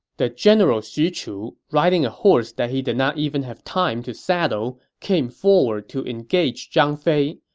the general xu chu, riding a horse that he did not even have time to saddle, came forward to engage zhang fei.